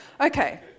Okay